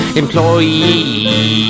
employee